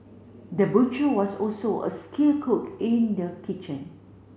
the butcher was also a skilled cook in the kitchen